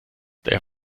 der